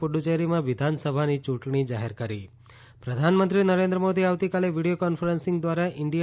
પુડુ ચ્ચેરીમાં વિધાનસભાની ચૂંટણી જાહેર કરી પ્રધાનમંત્રી નરેન્દ્ર મોદી આવતીકાલે વીડિયો કોન્ફરન્સિંગ દ્વારા ઇન્ડિયા